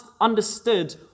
understood